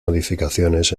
modificaciones